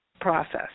process